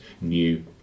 new